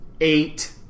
eight